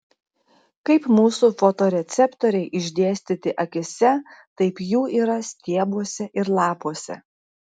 kaip mūsų fotoreceptoriai išdėstyti akyse taip jų yra stiebuose ir lapuose